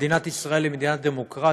מדינת ישראל היא מדינה דמוקרטית,